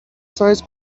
سایز